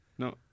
No